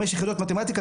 5 יחידות מתמטיקה,